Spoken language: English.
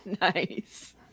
Nice